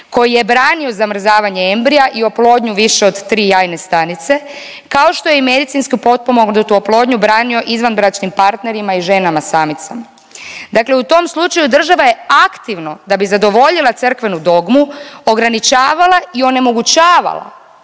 koji je brani zamrzavanje embrija i oplodnju više od 3 jajne stanice kao što je i medicinski potpomognutu oplodnju branio izvanbračnim partnerima i ženama samicama. Dakle, u tom slučaju država je aktivno da bi zadovoljila crkvenu dogmu ograničavala i onemogućavala